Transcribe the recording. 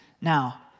now